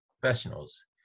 professionals